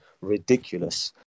ridiculous